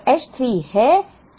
और H 3 है 4 80000